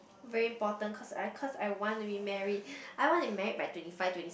very important cause I cause I want to be married I want to be married by twenty five twenty~